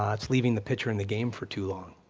um it's leaving the pitcher in the game for too long.